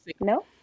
No